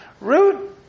Root